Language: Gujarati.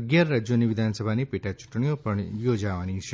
અગિયાર રાજ્યોની વિધાનસભાની પેટા યૂંટણીઓ પણ યોજાવાની છે